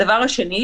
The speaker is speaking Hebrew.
הדבר השני,